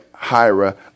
Hira